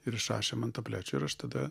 ir išrašė man tablečių ir aš tada